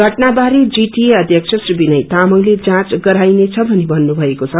घटना बारे जीटिए अध्यक्ष श्री विनय तामंगले जाँच गराईनेछ भनी भन्नुभ्नएको छ